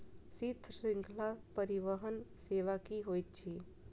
शीत श्रृंखला परिवहन सेवा की होइत अछि?